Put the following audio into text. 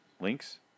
links